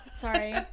Sorry